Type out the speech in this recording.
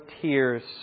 tears